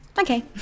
Okay